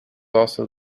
also